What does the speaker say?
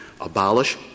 abolish